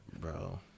Bro